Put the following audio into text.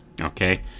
okay